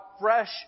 fresh